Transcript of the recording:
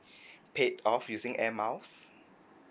eight of using am ups